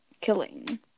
killing